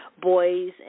boys